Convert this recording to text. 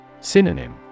Synonym